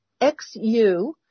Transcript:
XU